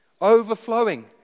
overflowing